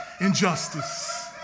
Injustice